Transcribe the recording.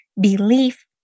belief